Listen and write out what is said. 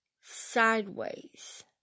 sideways